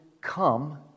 come